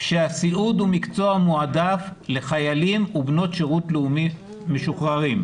שהסיעוד הוא מקצוע מועדף לחיילים ובנות שירות לאומי משוחררים.